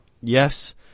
yes